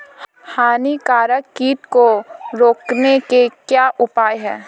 हानिकारक कीट को रोकने के क्या उपाय हैं?